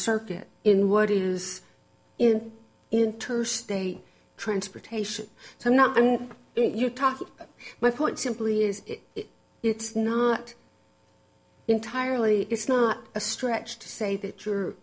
circuit in what is in inter state transportation so not you're talking my point simply is it's not entirely it's not a stretch to say that you're